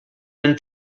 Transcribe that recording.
than